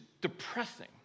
depressing